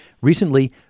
Recently